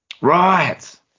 right